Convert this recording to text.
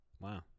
Wow